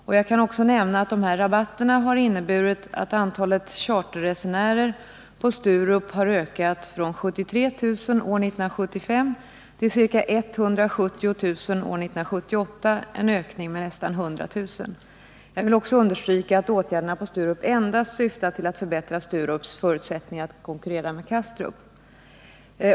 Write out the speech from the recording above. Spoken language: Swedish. Det kan också nämnas att rabatterna har inneburit att antalet charterresenärer på Sturup har ökat från 73 000 år 1975 till ca 170 000 år 1978, dvs. en ökning med nästan 100 000. Jag vill också understryka att åtgärderna på Sturup endast syftar till att förbättra Sturups förutsättningar att konkurrera med Kastrup.